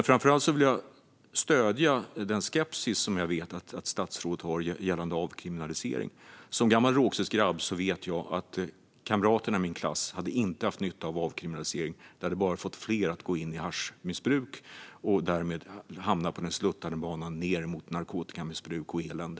Framför allt vill jag dock stödja den skepsis som jag vet att statsrådet känner gällande avkriminalisering. Som gammal Rågsvedsgrabb vet jag att kamraterna i min klass inte hade haft nytta av en avkriminalisering; det hade bara fått fler att gå in i haschmissbruk och därmed hamna på det sluttande planet ned mot narkotikamissbruk och elände.